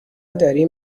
داریم